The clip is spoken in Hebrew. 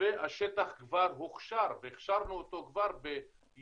השטח כבר הוכשר, הכשרנו והנחינו אותו כבר ביוני